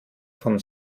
vom